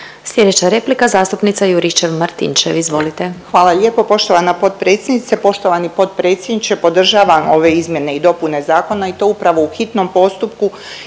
Sljedeća replika zastupnica Juričev-Martinčev, izvolite. **Juričev-Martinčev, Branka (HDZ)** Hvala lijepo. Poštovana potpredsjednice, poštovani potpredsjedniče. Podržavam ove izmjene i dopune zakona i to upravo u hitnom postupku